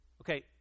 Okay